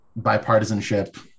bipartisanship